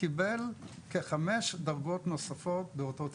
קיבל כחמש דרגות נוספות באותו התפקיד.